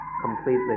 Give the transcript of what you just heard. completely